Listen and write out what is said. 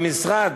והמשרד,